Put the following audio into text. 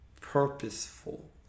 purposeful